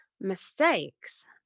mistakes